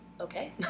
okay